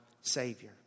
savior